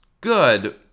good